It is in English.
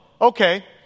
Okay